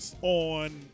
on